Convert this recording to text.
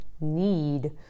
need